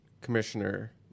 Commissioner